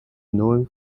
known